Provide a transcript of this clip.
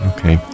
Okay